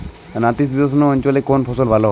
নাতিশীতোষ্ণ অঞ্চলে কোন ফসল ভালো হয়?